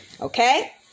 Okay